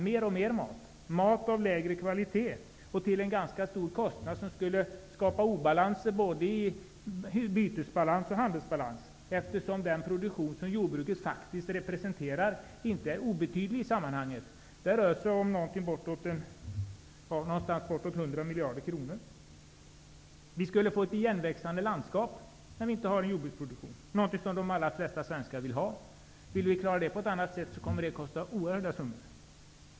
Det skulle vara mat av lägre kvalitet och till en ganska stor kostnad som skulle skapa obalanser både i bytesbalans och handelsbalans. Den produktion som jordbruket faktiskt representerar är inte obetydlig i sammanhanget. Det rör sig om bortåt 100 miljarder kronor. Vi skulle få ett igenväxande landskap när vi inte har en jordbruksproduktion. Det är något som de allra flesta svenskar inte vill ha. Om vi skall klara det på något annat sätt kommer det att kosta oerhörda summor.